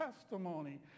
testimony